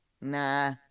Nah